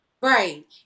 Right